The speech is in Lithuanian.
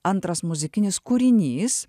antras muzikinis kūrinys